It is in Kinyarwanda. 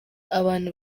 abantu